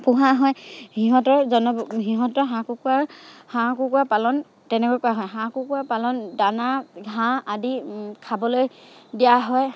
পোহা হয় সিহঁতৰ জনব সিহঁতৰ হাঁহ কুকুৰাৰ হাঁহ কুকুৰা পালন তেনেকৈ পৰা হয় হাঁহ কুকুৰা পালন দানা ঘাঁহ আদি খাবলৈ দিয়া হয়